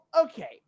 okay